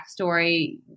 backstory